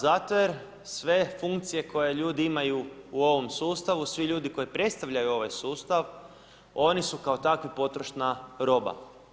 Zato jer sve funkcije koje ljudi imaju u ovom sustavu, svi ljudi koji predstavljaju ovaj sustav, oni su kao takvi potrošna roba.